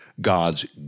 God's